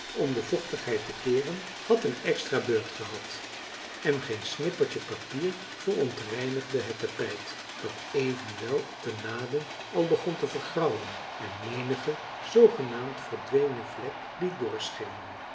om de vochtigheid te keeren had een extra beurt gehad en geen snippertje papier verontreinigde het tapijt dat evenwel op de naden al begon te vergrauwen en menige zoogemarcellus emants een drietal novellen naamd verdwenen vlek liet doorschemeren